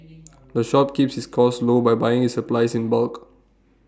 the shop keeps its costs low by buying its supplies in bulk